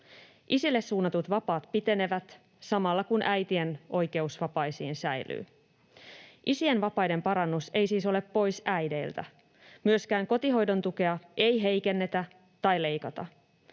Isille suunnatut vapaat pitenevät, samalla kun äitien oikeus vapaisiin säilyy. Isien vapaiden parannus ei siis ole pois äideiltä. Myöskään kotihoidon tukea ei heikennetä tai leikata.